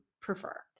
prefer